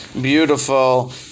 beautiful